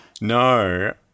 No